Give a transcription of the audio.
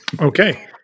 Okay